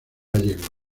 gallegos